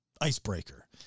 Icebreaker